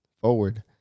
forward